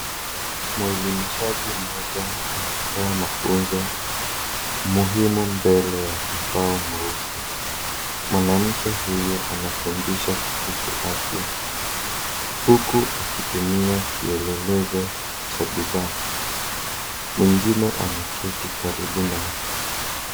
Mwelimishaji mmoja anatoa mafunzo muhimu mbele ya ubao mweusi, mwanamke huyu anafundisha kuhusu afya huku akitumia kielelezo cha bidhaa, mwingine ameketi karibu naye.